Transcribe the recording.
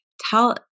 tell